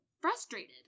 frustrated